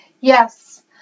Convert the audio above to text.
Yes